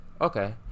Okay